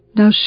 Now